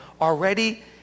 already